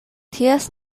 ties